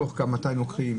בתוך כמה זמן לוקחים,